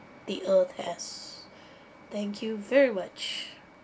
the earth has thank you very much